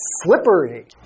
slippery